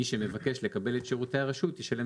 מי שמבקש לקבל את שירותי הרשות ישלם